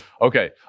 Okay